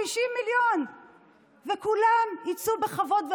50 מיליון וכולם יצאו בכבוד.